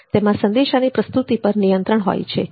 તેમાં સંદેશાની પ્રસ્તુતિ પર નિયંત્રણ હોય છે